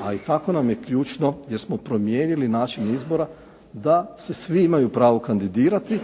a i tako nam ključno jer smo promijenili način izbora da se svi imaju pravo kandidirati,